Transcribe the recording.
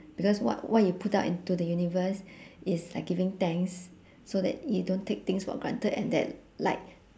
because what what you put out into the universe is like giving thanks so that you don't take things for granted and then like